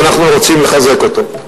ואנחנו רוצים לחזק אותו.